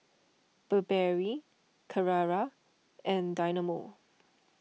Burberry Carrera and Dynamo